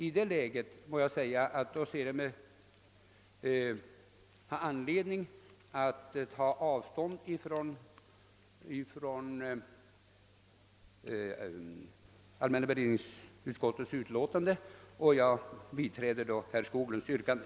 I det läget får jag säga att jag ser mig ha anledning att ta avstånd ifrån utlåtandet, och jag biträder då herr Skoglunds yrkande.